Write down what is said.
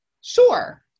sure